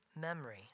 memory